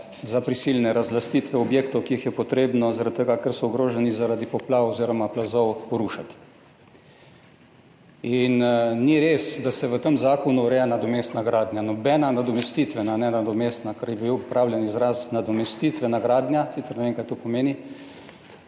za prisilne razlastitve objektov, ki jih je potrebno zaradi tega, ker so ogroženi zaradi poplav oziroma plazov, porušiti. In ni res, da se v tem zakonu ureja nadomestna gradnja. Nobena nadomestitvena, ne nadomestna, kar je bil uporabljen izraz nadomestitvena gradnja, sicer ne vem kaj to pomeni,